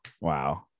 Wow